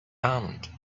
almond